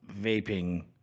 vaping